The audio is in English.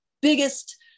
biggest